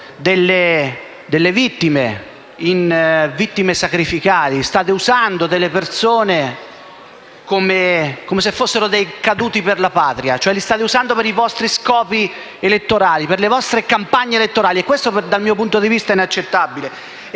le vittime in vittime sacrificali, state usando le persone come fossero cadute per la patria, cioè le state usando per i vostri scopi elettorali, per le vostre campagne elettorali. E ciò dal mio punto di vista è inaccettabile.